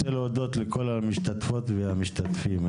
רוצה להודות לכל המשתתפות והמשתתפים.